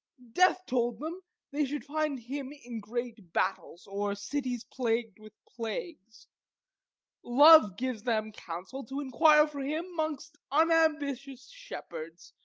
death told them, they should find him in great battles, or cities plagu'd with plagues love gives them counsel to inquire for him mongst unambitious shepherds,